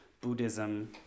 Buddhism